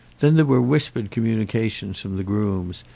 then there were whispered communications from the grooms,